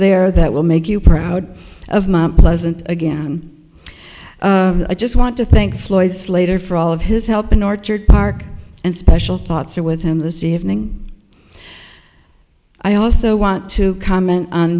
there that will make you proud of my pleasant again i just want to thank floyd slater for all of his help in our church park and special thoughts are with him this evening i also want to comment on